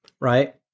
right